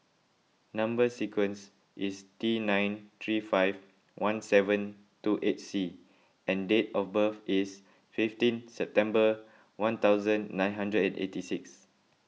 Number Sequence is T nine three five one seven two eight C and date of birth is fifteen September one thousand nine hundred and eighty six